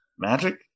Magic